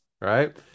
right